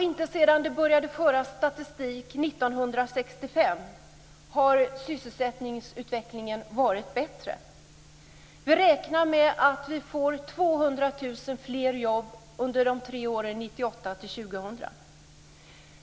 Inte sedan det började föras statistik 1965 har sysselsättningsutvecklingen varit bättre. Vi räknar med att få 200 000 fler jobb under de tre åren 1998-2000.